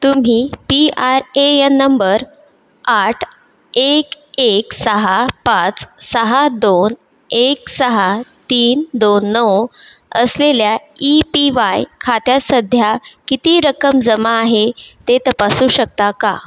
तुम्ही P R A N number आठ एक एक सहा पाच सहा दोन एक सहा तीन दोन नऊ असलेल्या ई पी वाय खात्या सध्या किती रक्कम जमा आहे ते तपासू शकता का